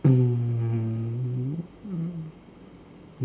mm